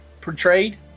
portrayed